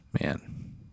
Man